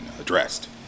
addressed